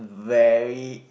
very